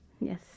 Yes